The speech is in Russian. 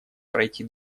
пройти